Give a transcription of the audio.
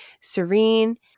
Serene